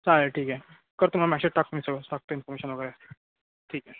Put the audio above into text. चालेल ठीक आहे करतो मग मॅसेज टाकतो मी सगळं टाकतो इन्फॉर्मेशन वगैरे ठीक आहे